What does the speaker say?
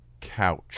couch